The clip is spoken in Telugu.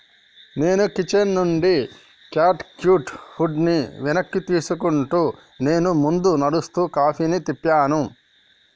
నేను కిచెన్ నుండి క్యాట్ క్యూట్ ఫుడ్ని వెనక్కి తీసుకుంటూ నేను ముందు నడుస్తూ కాఫీని తిప్పాను